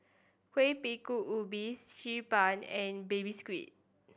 Kuih Bingka Ubi Xi Ban and Baby Squid